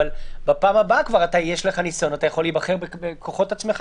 אבל בפעם הבאה כבר יש לך ניסיון כנאמן ואתה יכול להיבחר בכוחות עצמך.